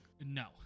No